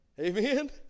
Amen